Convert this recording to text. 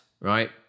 right